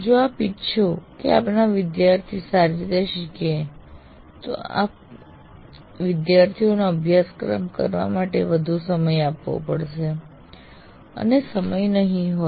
જો આપ ઇચ્છો કે આપના વિદ્યાર્થીઓ સારી રીતે શીખે તો આપે વિદ્યાર્થીઓને અભ્યાસ કરવા માટે વધુ સમય આપવો પડશે અને સમય નહીં હોય